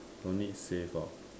don't need save hor